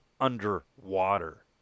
underwater